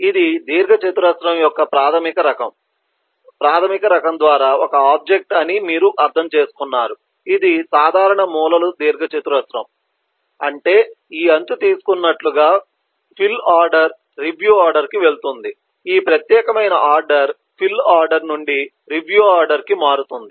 ఇది దీర్ఘచతురస్రం యొక్క ప్రాథమిక రకం ద్వారా ఒక ఆబ్జెక్ట్ అని మీరు అర్థం చేసుకున్నారు ఇది సాధారణ మూలల దీర్ఘచతురస్రం అంటే ఈ అంచు తీసుకున్నట్లుగా ఫిల్ ఆర్డర్ రివ్యూ ఆర్డర్ కి వెళుతుంది ఈ ప్రత్యేకమైన ఆర్డర్ ఫిల్ ఆర్డర్ నుండి రివ్యూ ఆర్డర్ కి మారుతుంది